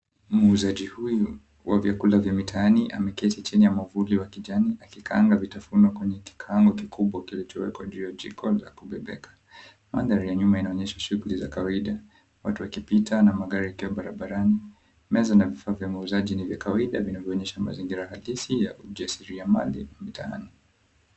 Muuzaji huyu wa vyakula vya mtaani ameketi chini ya mwavuli wa kijani akikaanga vitafunio kwenye kikaango kibwa kilichowekwa juu ya jiko la kubebeka. Mandhari ya nyuma inaonyesha shughuli za kawaida, watu wakipita na wengine wakiwa barabarani, meza na vifaa vya uuzaji ni vya kawaida vinavyoonyesha mazingira halisi ya ujasiriya mali mtaani.